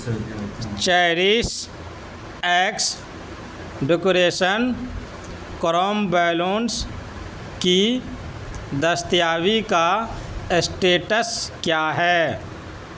cherish X decoration chrome balloons کی دستیابی کا اسٹیٹس کیا ہے